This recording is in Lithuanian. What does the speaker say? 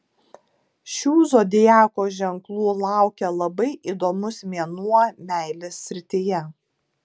šių zodiako ženklų laukia labai įdomus mėnuo meilės srityje